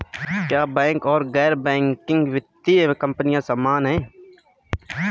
क्या बैंक और गैर बैंकिंग वित्तीय कंपनियां समान हैं?